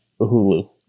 Hulu